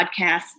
podcast